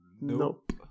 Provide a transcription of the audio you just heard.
Nope